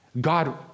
God